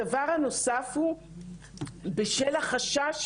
הדבר הנוסף הוא בשל החשש,